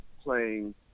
playing